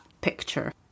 picture